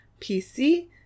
PC